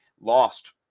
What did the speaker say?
lost